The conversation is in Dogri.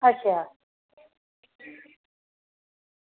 अच्छा